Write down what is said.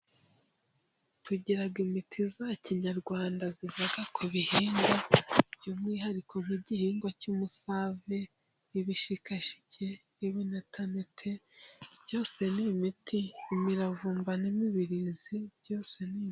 Tugira imiti ya kinyarwanda iva ku bihingwa by'umwihariko nk'igihingwa cy'umusave , ibishikashike, ibinetanete byose ni imiti imiravumba n'imibirizi byose ni imiti.